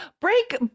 break